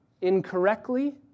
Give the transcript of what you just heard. incorrectly